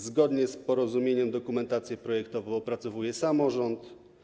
Zgodnie z porozumieniem dokumentację projektową opracowuje samorząd.